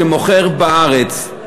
שמוכר בארץ,